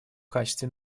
качестве